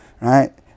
Right